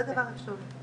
זה דבר ראשון.